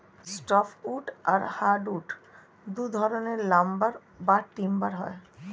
soft wood আর hard wood দুই ধরনের লাম্বার বা টিম্বার হয়